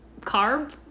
carb